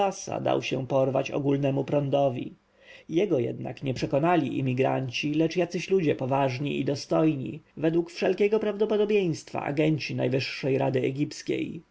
dał się porwać ogólnemu prądowi jego jednak nie przekonali imigranci lecz jacyś ludzie poważni i dostojni według wszelkiego prawdopodobieństwa ajenci najwyższej rady